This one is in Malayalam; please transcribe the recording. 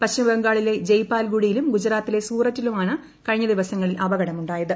പശ്ചിമബംഗാളിലെ ജൽപായ്ഗുഡിയിലും ഗുജറാത്തിലെ സൂററ്റിലുമാണ് കഴിഞ്ഞ ദിവസങ്ങളിൽ അപകടം ഉണ്ടായത്